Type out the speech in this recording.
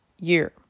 year